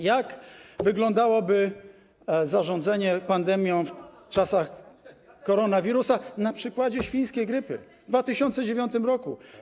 Jak wyglądałoby zarządzanie pandemią w czasach koronawirusa na przykładzie świńskiej grypy w 2009 r.